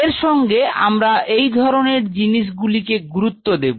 এর সঙ্গে আমরা এই ধরনের জিনিস গুলি কে গুরুত্ব দেব